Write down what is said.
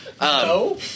no